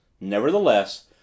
Nevertheless